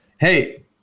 Hey